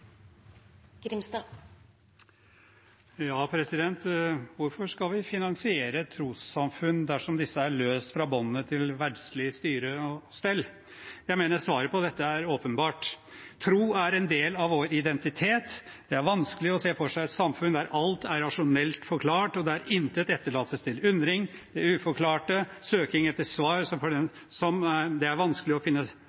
løst fra båndene til verdslig styre og stell? Jeg mener svaret på dette er åpenbart: Tro er en del av vår identitet. Det er vanskelig å se for seg et samfunn der alt er rasjonelt forklart, og der intet etterlates til undring, det uforklarte og søking etter svar